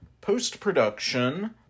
post-production